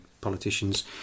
politicians